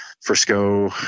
Frisco